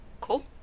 Cool